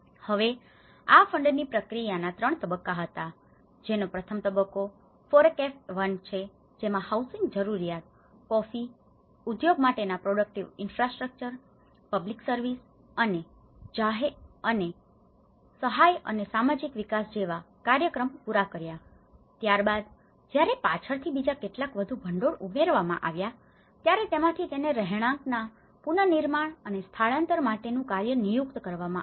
હવે આ ફંડની fund ભંડોળ પ્રક્રિયાના 3 તબક્કાઓ હતા જેનો પ્રથમ તબક્કો FORECAFE 1 છે જેમાં હાઉસિંગ જરૂરિયાતો કોફી ઉદ્યોગ માટેના પ્રોડક્ટિવ ઇનફ્રાસ્ટ્રક્ચર productive infrastructure ઉત્પાદક માળખા પબ્લિક સર્વિસ public services જાહેર સેવાઓ અને સહાય અને સામાજિક વિકાસ જેવા કાર્યક્રમો પૂરા કર્યા છે ત્યારબાદ જ્યારે પાછળથી બીજા કેટલાક વધુ ભંડોળ ઉમેરવામાં આવ્યા ત્યારે તેમાંથી તેને રહેણાંકના પુનર્નિર્માણ અને સ્થળાંતર માટેનું કાર્ય નિયુક્ત કરવામાં આવ્યું હતું